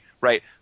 right